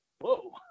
whoa